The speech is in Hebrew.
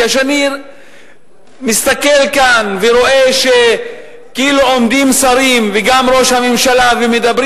כשאני מסתכל כאן ורואה שכאילו עומדים שרים וגם ראש הממשלה ומדברים